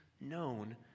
known